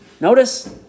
notice